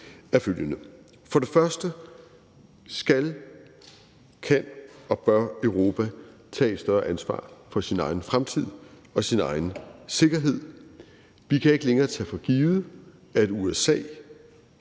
Som det første skal, kan og bør Europa tage et større ansvar for sin egen fremtid og sin egen sikkerhed. Vi kan ikke længere tage for givet, at USA kan